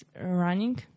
running